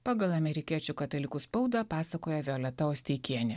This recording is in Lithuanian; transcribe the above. pagal amerikiečių katalikų spaudą pasakojo violeta osteikienė